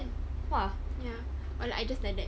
!wah! I just like that